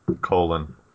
colon